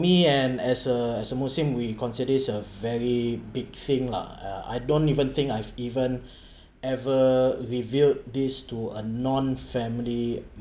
me and as a as a muslim we consider this a very big thing lah I don't even think I've even ever revealed this to a non family